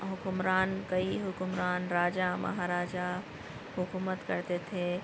حکمران کئی حکمران راجہ مہا راجہ حکومت کرتے تھے